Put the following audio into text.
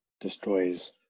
destroys